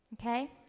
Okay